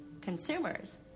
consumers